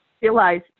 realize